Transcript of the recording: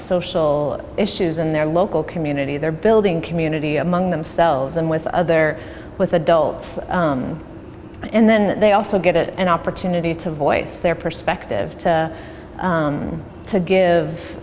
social issues in their local community their building community among themselves and with other with adults and then they also get an opportunity to voice their perspective to give to give